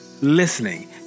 listening